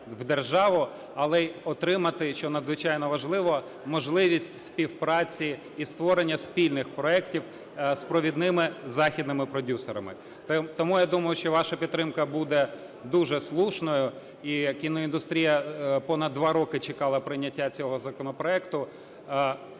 в державу, але й отримати, що надзвичайно важливо, можливість співпраці і створення спільних проектів з провідними західними продюсерами. Тому я думаю, що ваша підтримка буде дуже слушною. І кіноіндустрія понад 2 роки чекала прийняття цього законопроекту.